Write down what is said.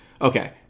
Okay